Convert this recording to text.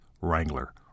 Wrangler